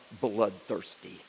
bloodthirsty